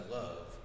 love